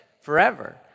forever